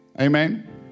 Amen